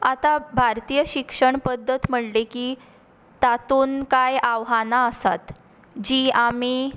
आतां भारतीय शिक्षण पद्दत म्हणली की तातून कांय आव्हानां आसात जी आमी